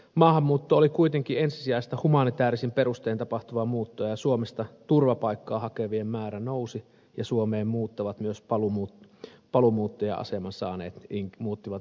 maahanmuutto oli kuitenkin ensisijaisesti humanitäärisin perustein tapahtuvaa muuttoa ja suomesta turvapaikkaa hakevien määrä nousi ja suomeen muuttivat myös paluumuuttaja aseman saaneet niin muuttuvat